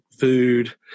food